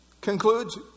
concludes